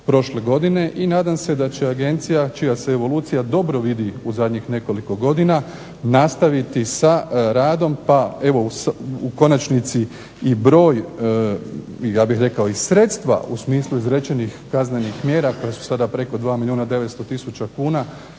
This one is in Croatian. i nadam se da će Agencija čija se evolucija dobro vidi u zadnjih nekoliko godina nastaviti sa radom, pa evo i u konačnici i broj, ja bih rekao sredstva u smislu izrečenih kaznenih mjera koje su sada preko 2 milijuna i 900000 kuna